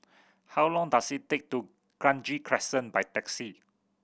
how long does it take to Kranji Crescent by taxi